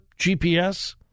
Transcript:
GPS